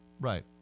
Right